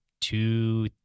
two